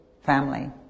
family